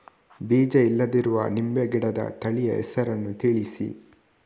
ಬೀಜ ಇಲ್ಲದಿರುವ ನಿಂಬೆ ಗಿಡದ ತಳಿಯ ಹೆಸರನ್ನು ತಿಳಿಸಿ?